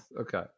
Okay